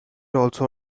also